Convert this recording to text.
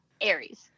Aries